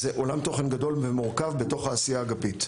וזה עולם תוכן גדול ומורכב בתוך העשייה האגפית.